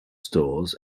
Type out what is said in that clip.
stores